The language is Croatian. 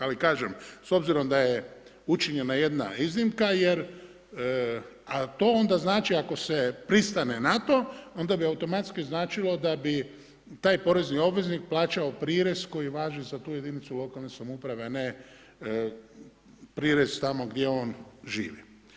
Ali kažem, s obzirom da je učinjena jedna iznimka jer, a to onda znači ako se pristane na to, onda bi automatski značilo da bi taj porezni obveznik plaćao prirez koji važu za tu jedinicu lokalne samouprave a ne prirez tamo gdje on živi.